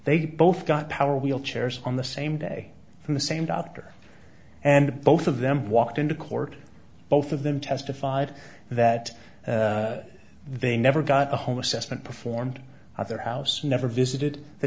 they both got power wheelchairs on the same day from the same doctor and both of them walked into court both of them testified that they never got a home assessment performed at their house never visited the